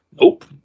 Nope